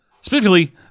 Specifically